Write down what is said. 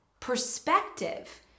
Perspective